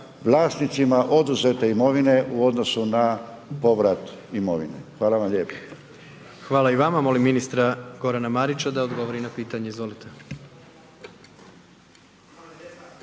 vlasnicima oduzete imovine u odnosu na povrat imovine. Hvala vam lijepo. **Jandroković, Gordan (HDZ)** Hvala i vama. Molim ministra Gorana Marića, da odgovori na pitanje, izvolite.